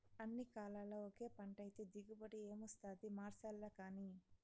అన్ని కాలాల్ల ఒకే పంటైతే దిగుబడి ఏమొస్తాది మార్సాల్లగానీ